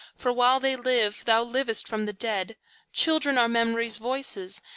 for while they live, thou livest from the dead children are memory's voices,